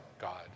God